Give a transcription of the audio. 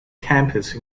campus